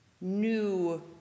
new